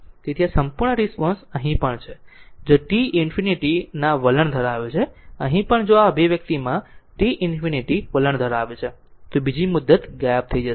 તેથી આ સંપૂર્ણ રિસ્પોન્સ અહીં પણ છે જો t ∞ ના વલણ ધરાવે છે અહીં પણ જો આ અભિવ્યક્તિમાં t ∞ વલણ ધરાવે છે તો બીજી મુદત ગાયબ થઈ જશે